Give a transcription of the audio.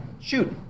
shoot